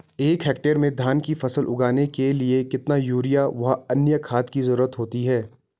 एक हेक्टेयर में धान की फसल उगाने के लिए कितना यूरिया व अन्य खाद की जरूरत होती है?